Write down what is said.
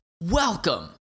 Welcome